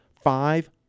five